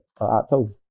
October